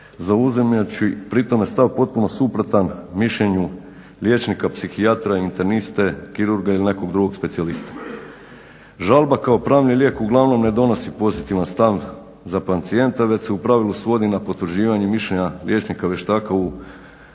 zauzimajući pri tome stav potpuno suprotan mišljenju liječnika psihijatra, interniste, kirurga ili nekog drugog specijalista. Žalba kao pravni lijek, uglavnom ne donosi pozitivan stav za pacijenta, već se u pravilu svodi na potvrđivanje mišljenja liječnika vještaka u